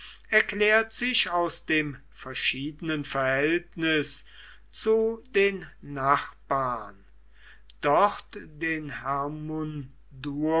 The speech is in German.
erklärt sich aus dem verschiedenen verhältnis zu den nachbarn dort den